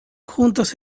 juntos